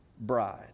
bride